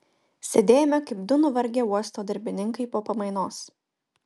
sėdėjome kaip du nuvargę uosto darbininkai po pamainos